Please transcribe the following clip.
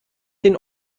den